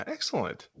Excellent